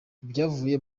ibyavuye